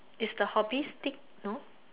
is the hobbies thick no